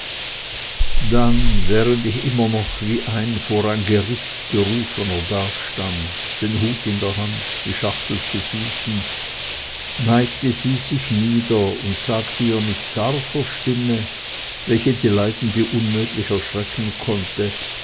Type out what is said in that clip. dann während ich immer noch wie ein vor ein gericht gerufener dastand den hut in der hand die schachtel zu füßen neigte sie sich nieder und sagte ihr mit zarter stimme welche die leidende unmöglich erschrecken konnte